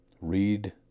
Read